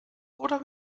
oder